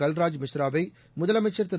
கல்ராஜ் மிஸ்ராவை முதலமைச்சர் திரு